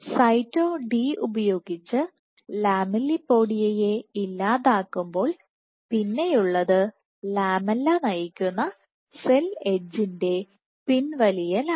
Saito D ഉപയോഗിച്ച് ലാമെല്ലിപോഡിയയെ ഇല്ലാതാക്കുമ്പോൾ പിന്നെയുള്ളത് ലാമെല്ല നയിക്കുന്ന സെൽ എഡ്ജിന്റെ പിൻവലിക്കലാണ്